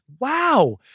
Wow